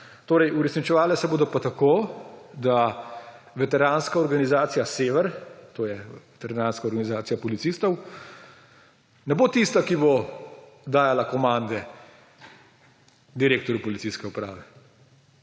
uresničevale se bodo pa tako, da veteranska organizacija Sever, to je veteranska organizacija policistov, ne bo tista, ki bo dajala komande direktorju policijske uprave.